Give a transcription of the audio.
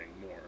more